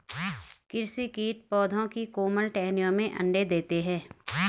कृषि कीट पौधों की कोमल टहनियों में अंडे देते है